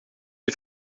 die